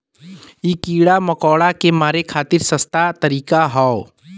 इ कीड़ा मकोड़ा के मारे खातिर सस्ता तरीका हौ